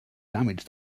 damage